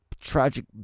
tragic